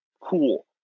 Cool